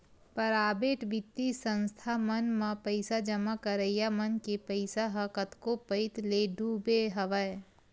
private बित्तीय संस्था मन म पइसा जमा करइया मन के पइसा ह कतको पइत ले डूबे हवय